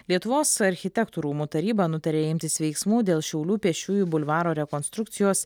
lietuvos architektų rūmų taryba nutarė imtis veiksmų dėl šiaulių pėsčiųjų bulvaro rekonstrukcijos